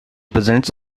presents